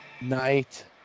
night